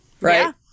right